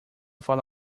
fala